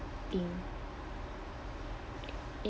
thing